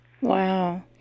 Wow